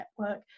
network